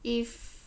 if